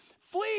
Flee